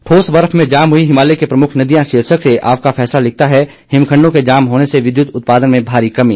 ठोस बर्फ में जाम हुई हिमालय की प्रमुख नदियां शीर्षक से आपका फैसला लिखता है हिमखंडो के जाम होने से विद्युत उत्पादन में भारी कमी